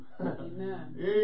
Amen